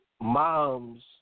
moms